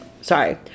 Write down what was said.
sorry